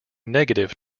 negative